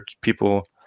people